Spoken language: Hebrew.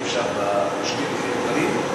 הבלתי-מוכרים,